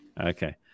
Okay